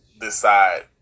decide